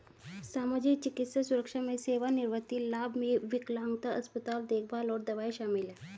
सामाजिक, चिकित्सा सुरक्षा में सेवानिवृत्ति लाभ, विकलांगता, अस्पताल देखभाल और दवाएं शामिल हैं